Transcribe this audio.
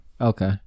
okay